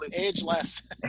Ageless